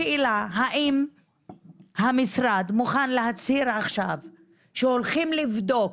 השאלה היא האם המשרד מוכן להצהיר עכשיו שהולכים לבדוק